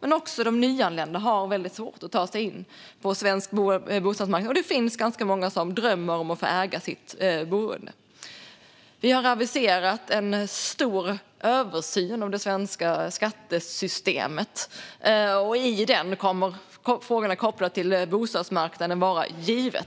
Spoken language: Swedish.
Men även de nyanlända har svårt att ta sig in på svensk bostadsmarknad. Det finns ganska många som drömmer om att få äga sitt boende. Vi har aviserat en stor översyn av det svenska skattesystemet. I den kommer frågor kopplade till bostadsmarknaden att vara givna.